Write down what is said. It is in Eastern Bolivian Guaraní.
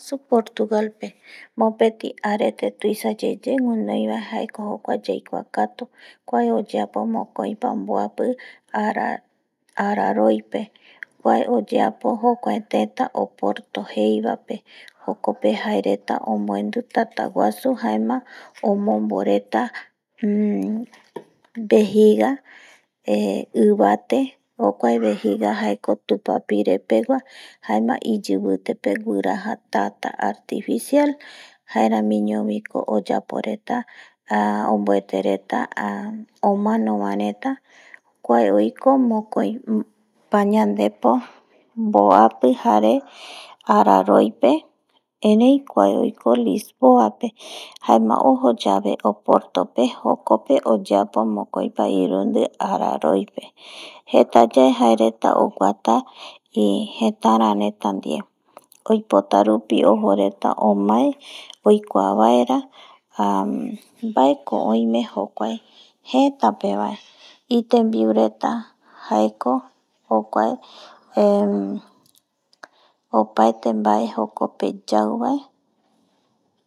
Portugal pe mopeti arete tuisa yeye bae jaeko yaikua katu kuae oyeapo mokoipa boapi araroipe kuae oyeapo jokuae teta porto jeiva pe jokpe jae reta onbuendi tata guasu jaema omonbo reta vejiga eh ibate jokuae bejiga jaeko tupapire pegua jaema iyibitepe wiraja tata artificial jaeramiño viko oyapo reta, onbuete reta omano bae reta kuae oiko mokoipañandepo boapi jare araroipe erei kuae lisboa pe ojo yasbe porto pe jokpe oyapo mokoipa irundi araroipe jeta yae jae reta oguata jetara reta die oipotarupi ojo reta omae oikua baera ,nbaeko oime jokuae jeta pe bae itembiu reta jaeko jokuae, opaete bae jokope yau bae